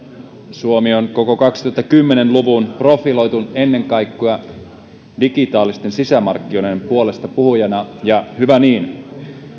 suomi on koko kaksituhattakymmenen luvun profiloitunut ennen kaikkea digitaalisten sisämarkkinoiden puolestapuhujana ja hyvä niin